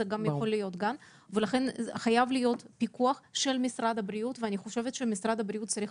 גן ולכן חייב להיות פיקוח של משרד הבריאות ומשרד הבריאות צריך